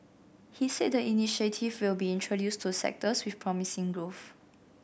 he said the initiative will be introduced to sectors with promising growth